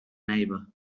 neighbour